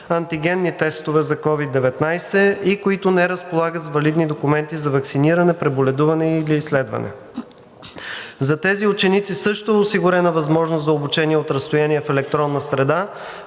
антигенни тестове за COVID-19 и които не разполагат с валидни документи за ваксиниране, преболедуване или изследване. За тези ученици също е осигурена възможност за обучение от разстояние в електронна среда,